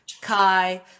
Kai